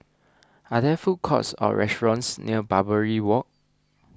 are there food courts or restaurants near Barbary Walk